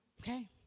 Okay